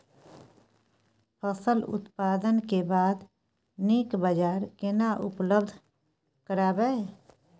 फसल उत्पादन के बाद नीक बाजार केना उपलब्ध कराबै?